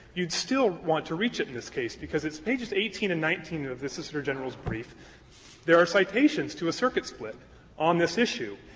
you would still want to reach it in this case, because at pages eighteen and nineteen of the solicitor general's brief there are citations to a circuit split on this issue.